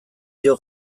dio